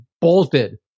bolted